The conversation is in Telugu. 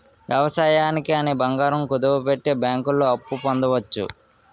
వ్యవసాయానికి అని బంగారం కుదువపెట్టి బ్యాంకుల్లో అప్పు పొందవచ్చు